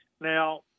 Now